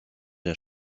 der